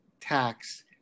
tax